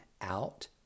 out